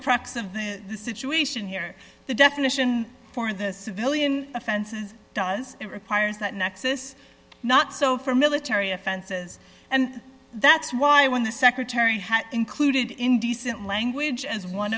crux of the situation here the definition for the civilian offenses does it requires that nexis not so for military offenses and that's why when the secretary had included indecent language as one